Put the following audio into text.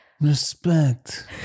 Respect